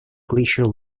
glacial